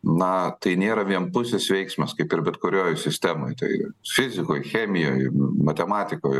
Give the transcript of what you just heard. na tai nėra vienpusis veiksmas kaip ir bet kurioj sistemoj tai fizikoj chemijoj matematikoj